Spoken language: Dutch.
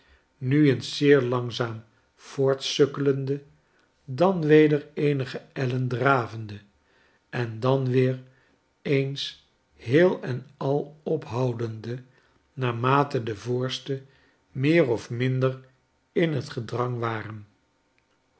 nu eens zeer langzaam voortsukkelende dan weder eenige ellen dravende en dan weer eens heel en al ophoudende naarmate de voorstenmeer of minder in het gedrang waren